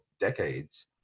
decades